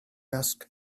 asked